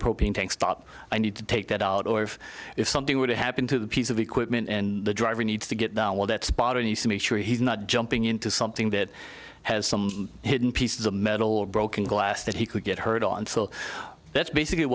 propane tank stop i need to take that out or if something were to happen to the piece of equipment and the driver needs to get down while that spot i need to make sure he's not jumping into something that has some hidden pieces of metal or broken glass that he could get hurt on so that's basically